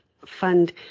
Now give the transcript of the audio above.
fund